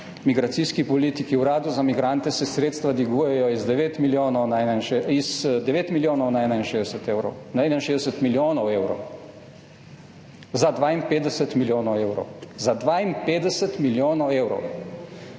migracijski politiki. Uradu za migrante se sredstva dvigujejo z 9 milijonov na 61 milijonov evrov, za 52 milijonov evrov. Za 52 milijonov evrov!